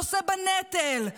נושא בנטל,